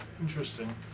Interesting